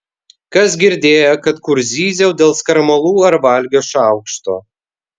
kas girdėjo kad kur zyziau dėl skarmalų ar valgio šaukšto